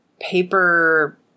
paper